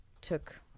took